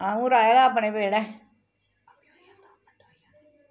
अ'ऊं राहे दा अपने बेह्ड़े